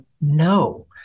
No